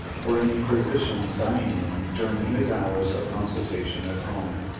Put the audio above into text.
or any physician's dining-room during his hours of consultation at home.